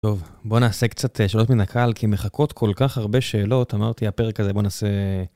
טוב, בוא נעשה קצת שאלות מן הקהל כי מחכות כל כך הרבה שאלות אמרתי הפרק הזה בוא נעשה...